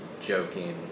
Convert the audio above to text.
joking